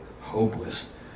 hopeless